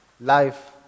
life